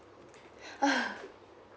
ah